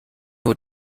nur